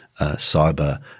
cyber